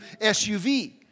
SUV